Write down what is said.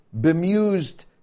bemused